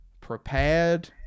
prepared